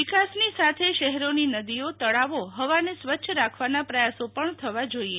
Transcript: વિકાસની સાથે શહેરોની નદીઓ તળાવો હવાને સ્વચ્છ રાખવાના પ્રયાસો પણ થવા જોઇએ